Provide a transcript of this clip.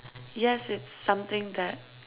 yes it's something that